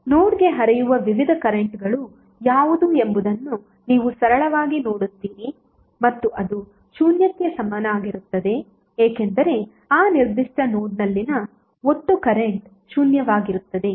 ನೋಡ್ಗೆ ಹರಿಯುವ ವಿವಿಧ ಕರೆಂಟ್ಗಳು ಯಾವುವು ಎಂಬುದನ್ನು ನೀವು ಸರಳವಾಗಿ ನೋಡುತ್ತೀರಿ ಮತ್ತು ಅದು ಶೂನ್ಯಕ್ಕೆ ಸಮನಾಗಿರುತ್ತದೆ ಏಕೆಂದರೆ ಆ ನಿರ್ದಿಷ್ಟ ನೋಡ್ನಲ್ಲಿನ ಒಟ್ಟು ಕರೆಂಟ್ ಶೂನ್ಯವಾಗಿರುತ್ತದೆ